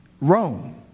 Rome